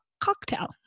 cocktail